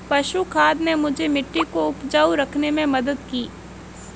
पशु खाद ने मुझे मिट्टी को उपजाऊ रखने में मदद की